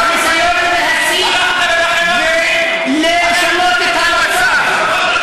ניסיון להצית כדי לשנות את המצב,